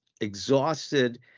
exhausted